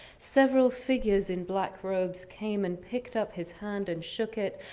several figures in black robes came and picked up his hand and shook it.